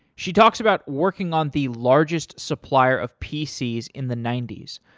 she talks about working on the largest supplier of pcs in the ninety s.